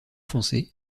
foncé